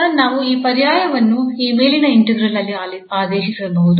ಆದ್ದರಿಂದ ನಾವು ಈ ಪರ್ಯಾಯವನ್ನು ಈ ಮೇಲಿನ ಇಂಟಿಗ್ರಾಲ್ ಅಲ್ಲಿ ಆದೇಶಿಸಬಹುದು